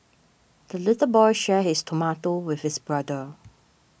the little boy shared his tomato with his brother